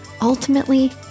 Ultimately